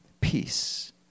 peace